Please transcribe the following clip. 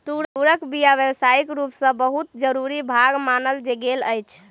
तूरक बीया व्यावसायिक रूप सॅ बहुत जरूरी भाग मानल गेल अछि